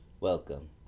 welcome